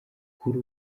kuri